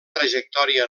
trajectòria